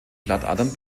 blattadern